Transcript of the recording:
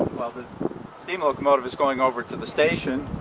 well, the steam locomotive is going over to the station,